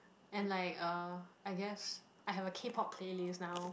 and like uh I guess I have a K-pop playlist now